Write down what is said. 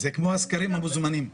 זה כמו הסקרים המוזמנים.